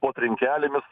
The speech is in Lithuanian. po trinkelėmis